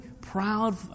proud